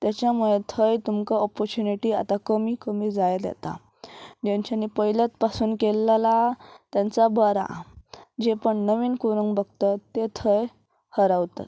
तेच्या मुळे थंय तुमकां ऑपोर्चुनिटी आतां कमी कमी जायत येता जेंच्यांनी पयल्यात पासून केल्लेला तेंचा बरा जे कोण नवीन करूंक बगतत ते थंय हरावता